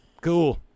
cool